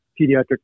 pediatric